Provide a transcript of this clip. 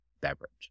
beverage